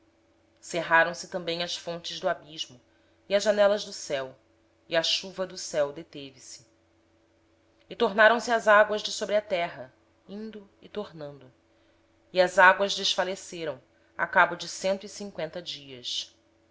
a diminuir cerraram se as fontes do abismo e as janelas do céu e a chuva do céu se deteve as águas se foram retirando de sobre a terra no fim de cento e cinqüenta dias